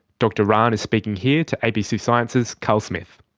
dr rahn is speaking here to abc science's carl smith.